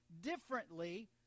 differently